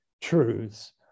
truths